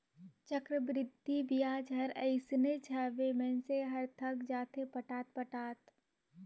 चक्रबृद्धि बियाज हर अइसनेच हवे, मइनसे हर थक जाथे पटात पटात